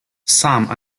some